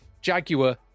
Jaguar